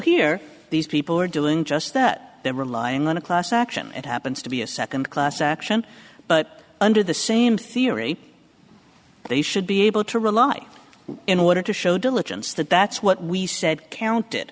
here these people are doing just that they're relying on a class action that happens to be a second class action but under the same theory they should be able to rely in order to show diligence that that's what we said counted